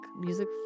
music